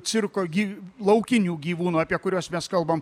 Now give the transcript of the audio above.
cirko gi laukinių gyvūnų apie kuriuos mes kalbam